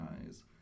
eyes